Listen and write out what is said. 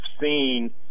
seen –